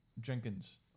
Jenkins